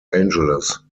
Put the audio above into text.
angeles